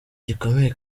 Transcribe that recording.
gikomeye